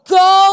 go